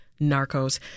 Narcos